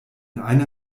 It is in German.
einer